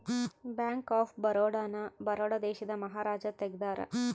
bank of Baroda ನ ಬರೋಡ ದೇಶದ ಮಹಾರಾಜ ತೆಗ್ದಾರ